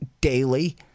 daily